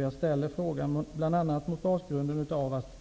Jag ställer frågan bl.a. mot bakgrunden av att